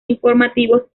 informativos